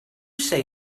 say